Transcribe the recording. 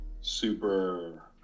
super